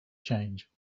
change